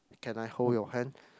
can I hold your hand